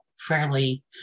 fairly